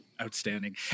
Outstanding